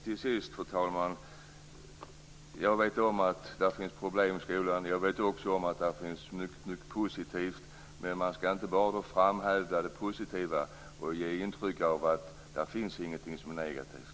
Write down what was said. Till sist, fru talman, vill jag säga att jag vet om att det finns problem i skolan. Jag vet också om att det finns mycket positivt. Men man skall inte bara framhäva det positiva och ge intrycket att det inte finns någonting som är negativt.